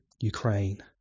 Ukraine